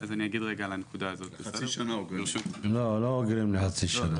המידע שעליו אנחנו מדברים פה הוא אותו מידע שהיה גם לפני החוק,